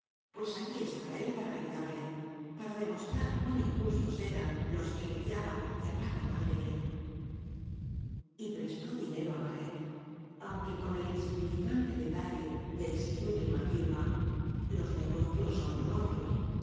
pues allí estaba él para ayudarle para de mostrar cuán injustos eran los que le odiaban y hablaban mal de él prestó dinero á barret aunque con el insignificante detalle de exigirle una firma los negocios son negocios al pie